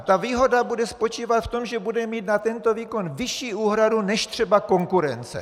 Ta výhoda bude spočívat v tom, že bude mít na tento výkon vyšší úhradu než třeba konkurence.